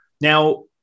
Now